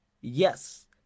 yes